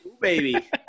baby